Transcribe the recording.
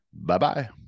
Bye-bye